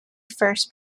first